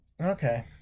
Okay